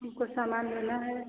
हमको सामान लेना है